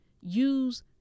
use